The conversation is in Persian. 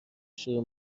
شروع